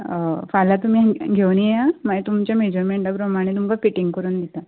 फाल्यां तुमी घेवन येया मागीर तुमच्या मॅजरमेंटा प्रमाणे तुमकां फिटींग करून दिता